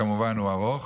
שהוא כמובן ארוך,